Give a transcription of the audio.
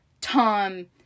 Tom